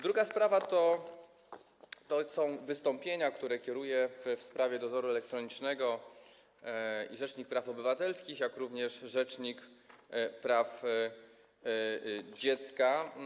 Druga sprawa to są wystąpienia, które kierują w sprawie dozoru elektronicznego zarówno rzecznik praw obywatelskich, jak i rzecznik praw dziecka.